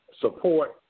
support